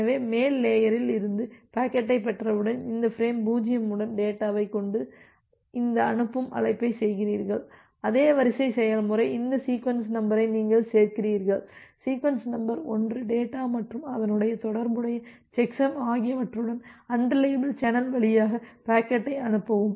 எனவே மேல் லேயரில் இருந்து பாக்கெட்டைப் பெற்றவுடன் இந்த ஃபிரேம் 0 உடன் டேட்டாவைக் கொண்டு இந்த அனுப்பும் அழைப்பை செய்கிறீர்கள் அதே வரிசை செயல்முறை இந்த சீக்வென்ஸ் நம்பரை நீங்கள் சேர்க்கிறீர்கள் சீக்வென்ஸ் நம்பர் 1 டேட்டா மற்றும் அதனுடன் தொடர்புடைய செக்சம் ஆகியவற்றுடன் அன்ரிலையபில் சேனல் வழியாக பாக்கெட்டை அனுப்பவும்